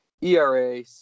ERA